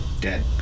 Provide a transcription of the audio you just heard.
Dead